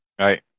Right